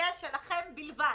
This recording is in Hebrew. הקרדיט יהיה שלכם בלבד.